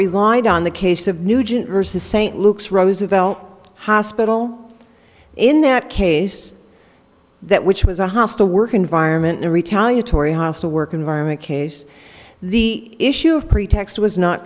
relied on the case of nugent versus st luke's roosevelt hospital in that case that which was a hostile work environment in a retaliatory hostile work environment case the issue of pretext was not